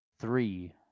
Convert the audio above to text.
Three